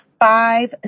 five